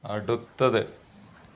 അടുത്തത്